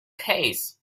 case